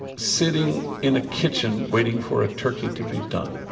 sitting in a kitchen, waiting for a turkey to be done?